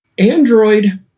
Android